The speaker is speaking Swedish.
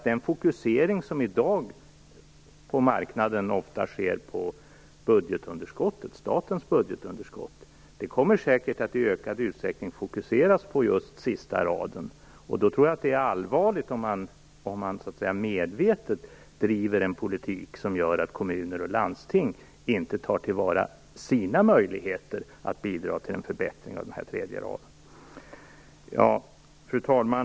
Den fokusering som i dag på marknaden ofta sker på statens budgetunderskott kommer säkert i ökad utsträckning att riktas mot sista raden. Det är allvarligt om man medvetet driver en politik som gör att kommuner och landsting inte tar till vara sina möjligheter att bidra till en förbättring av denna tredje rad. Fru talman!